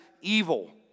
evil